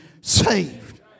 saved